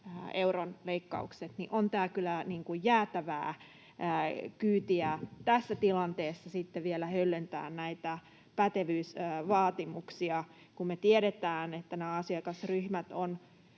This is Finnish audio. euron leikkaukset, niin on tämä kyllä jäätävää kyytiä tässä tilanteessa sitten vielä höllentää näitä pätevyysvaatimuksia. Kun me tiedetään, että nämä asiakasryhmät